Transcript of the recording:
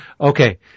Okay